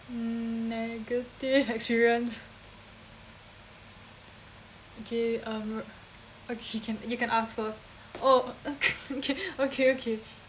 um negative experience okay uh b~ okay can you can ask first oh okay okay